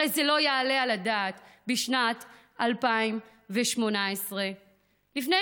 הרי זה לא יעלה על הדעת בשנת 2018. לפני